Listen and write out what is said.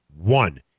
One